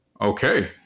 okay